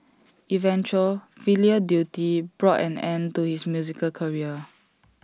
eventual filial duty brought an end to his musical career